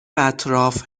اطراف